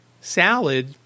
salad